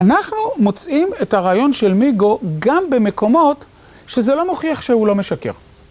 אנחנו מוצאים את הרעיון של מיגו גם במקומות שזה לא מוכיח שהוא לא משקר.